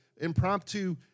impromptu